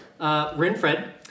Renfred